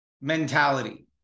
mentality